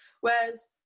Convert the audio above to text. whereas